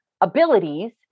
abilities